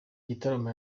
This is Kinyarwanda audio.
gitaramo